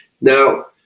Now